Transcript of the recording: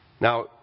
Now